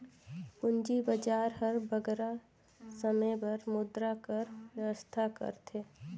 पूंजी बजार हर बगरा समे बर मुद्रा कर बेवस्था करथे